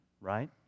right